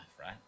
right